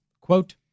quote